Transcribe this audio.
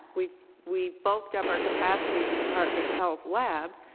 we we bulked up our capacity at the department of health labs,